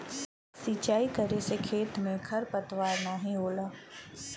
सिंचाई करे से खेत में खरपतवार नाहीं होला